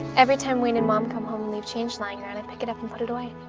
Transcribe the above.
every time wayne and mom come home and leave change lying around, i pick it up and put it away.